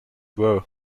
were